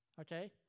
okay